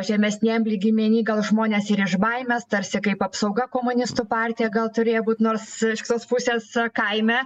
žemesniam lygmeny gal žmonės ir iš baimės tarsi kaip apsauga komunistų partija gal turėjo būt nors iš kitos pusės kaime